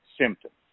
symptoms